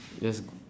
yes g~